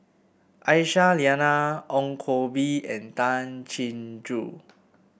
Aisyah Lyana Ong Koh Bee and Tay Chin Joo